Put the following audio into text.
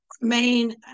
main